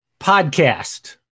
podcast